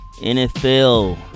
NFL